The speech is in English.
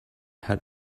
had